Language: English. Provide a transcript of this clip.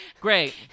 Great